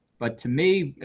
but to me,